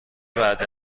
بعد